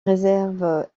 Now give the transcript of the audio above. réserve